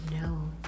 no